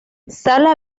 sala